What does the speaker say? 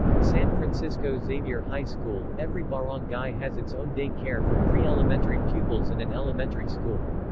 san francisco xavier high school every barangay has its own day-care for pre-elementary pupils and an elementary school.